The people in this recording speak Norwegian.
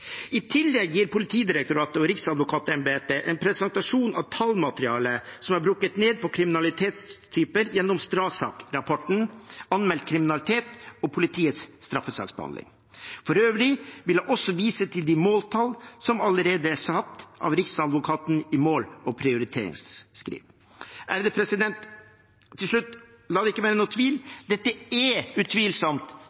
I tillegg gir Politidirektoratet og Riksadvokatembetet en presentasjon av tallmaterialet som er brukket ned på kriminalitetstyper gjennom STRASAK-rapporten, Anmeldt kriminalitet og politiets straffesaksbehandling. For øvrig vil jeg også vise til de måltall som allerede er satt av Riksadvokaten i mål- og prioriteringsskriv. Til slutt: La det ikke være